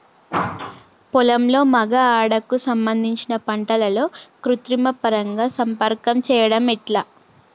పొలంలో మగ ఆడ కు సంబంధించిన పంటలలో కృత్రిమ పరంగా సంపర్కం చెయ్యడం ఎట్ల?